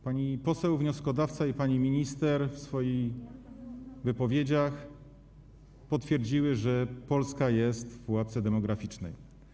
Pani poseł wnioskodawca i pani minister w swoich wypowiedziach potwierdziły, że Polska jest w pułapce demograficznej.